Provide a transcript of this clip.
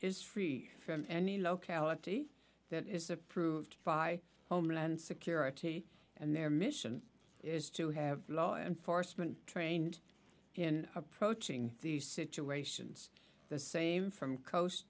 is free from any locality that is approved by homeland security and their mission is to have law enforcement trained in approaching these situations the same from coast